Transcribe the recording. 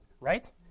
right